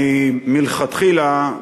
מלכתחילה,